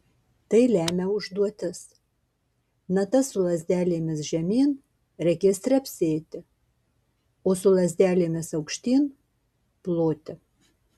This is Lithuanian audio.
tai lemia užduotis natas su lazdelėmis žemyn reikės trepsėti o su lazdelėmis aukštyn ploti